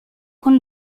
con